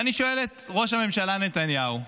אני שואל את ראש הממשלה נתניהו: